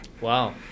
Wow